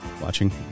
Watching